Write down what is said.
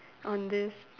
on this